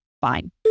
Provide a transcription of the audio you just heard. Fine